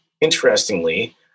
Interestingly